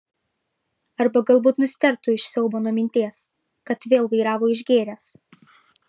arba galbūt nustėrtų iš siaubo nuo minties kad vėl vairavo išgėręs